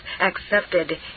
accepted